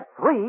three